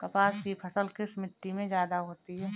कपास की फसल किस मिट्टी में ज्यादा होता है?